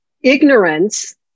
ignorance